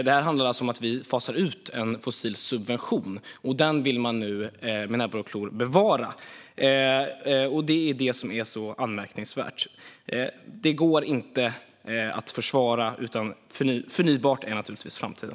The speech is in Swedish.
Det handlar alltså om att vi fasar ut en fossil subvention, men den kämpar man nu med näbbar och klor för att bevara. Detta är anmärkningsvärt och går inte att försvara, utan förnybart är naturligtvis framtiden.